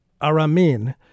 Aramin